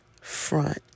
front